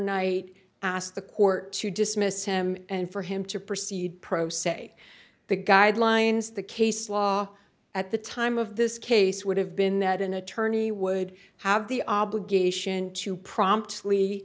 knight asked the court to dismiss him and for him to proceed pro se the guidelines the case law at the time of this case would have been that an attorney would have the obligation to prompt